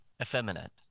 effeminate